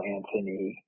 Anthony